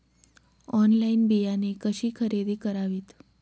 Online बियाणे कशी खरेदी करावीत?